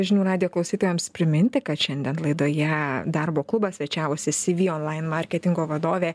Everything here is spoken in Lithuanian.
žinių radijo klausytojams priminti kad šiandien laidoje darbo klubas svečiavosi cvonline marketingo vadovė